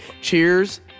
Cheers